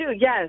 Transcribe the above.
yes